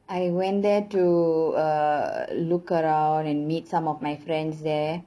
I went there to uh look around and meet some of my friends there